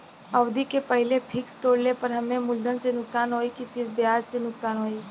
अवधि के पहिले फिक्स तोड़ले पर हम्मे मुलधन से नुकसान होयी की सिर्फ ब्याज से नुकसान होयी?